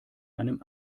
einem